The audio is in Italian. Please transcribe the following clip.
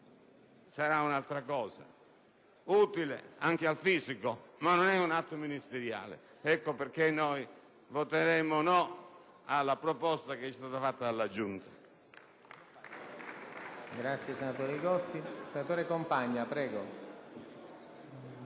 sarà un'altra cosa, utile anche al fisico, ma non è un atto ministeriale. Ecco perché voteremo no alla proposta della Giunta.